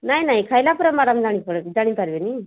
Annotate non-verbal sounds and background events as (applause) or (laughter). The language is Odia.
ନାଇଁ ନାଇଁ ଖାଇଲା ପରେ (unintelligible) ଜାଣି ଜାଣିପାରିବେନି